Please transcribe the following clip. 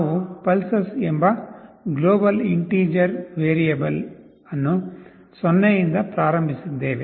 ನಾವು "pulses" ಎಂಬ global integer variable ಅನ್ನು 0 ಇಂದ ಪ್ರಾರಂಭಿಸಿದ್ದೇವೆ